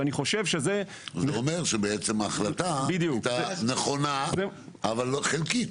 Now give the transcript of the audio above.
ואני חושב שזה -- זה אומר שבעצם ההחלטה הייתה נכונה אבל חלקית.